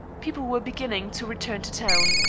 people were beginning to return to town.